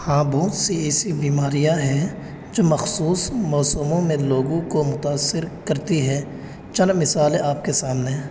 ہاں بہت سی ایسی بیماریاں ہیں جو مخصوص موسموں میں لوگوں کو متأثر کرتی ہے چند مثالیں آپ کے سامنے ہیں